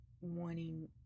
wanting